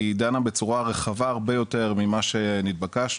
היא דנה בצורה רחבה הרבה יותר ממה שנתבקשנו,